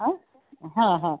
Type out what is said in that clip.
आ हां हां